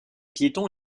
piétons